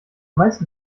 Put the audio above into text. meisten